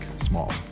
small